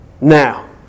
Now